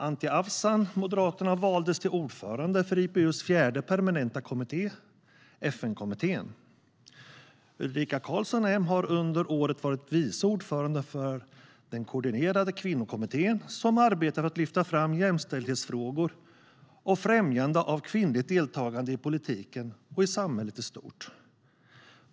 Anti Avsan från Moderaterna valdes till ordförande för IPU:s fjärde permanenta kommitté, FN-kommittén. Ulrika Karlsson, M, har under året varit viceordförande för den koordinerande kvinnokommittén. Den arbetar för att lyfta fram jämställdhetsfrågor och främjande av kvinnligt deltagande i politiken och i samhället i stort.